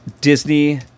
Disney